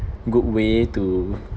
good way to